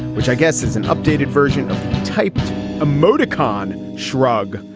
which i guess is an updated version of typed emoticon shrug,